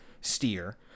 steer